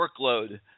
workload